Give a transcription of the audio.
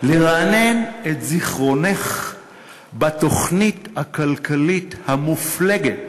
לרענן את זיכרונך בתוכנית הכלכלית המופלגת